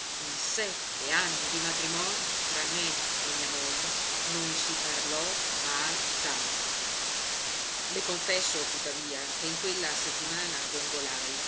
in sette anni di matrimonio fra me e mia moglie non si parlò mai d'altro le confesso tuttavia che in quella settimana gongolai